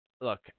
look